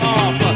off